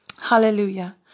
Hallelujah